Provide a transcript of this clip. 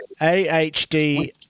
AHD